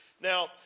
Now